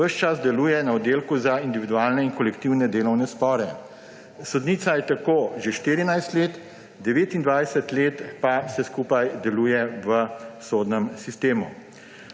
Ves čas deluje na Oddelku za individualne in kolektivne delovne spore. Sodnica je tako že 14 let, 29 let pa skupaj deluje v sodnem sistemu.